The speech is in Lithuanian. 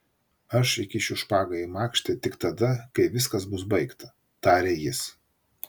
aš įkišiu špagą į makštį tik tada kai viskas bus baigta tarė jis